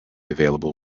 available